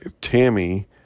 Tammy